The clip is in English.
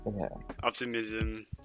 optimism